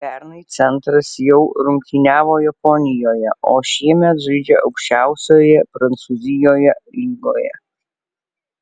pernai centras jau rungtyniavo japonijoje o šiemet žaidžia aukščiausioje prancūzijoje lygoje